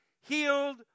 healed